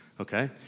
okay